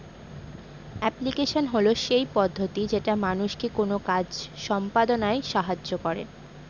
application হল সেই পদ্ধতি যেটা মানুষকে কোনো কাজ সম্পদনায় সাহায্য করে